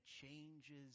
changes